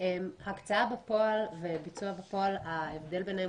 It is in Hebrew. הקצאה בפועל וביצוע בפועל, ההבדל ביניהם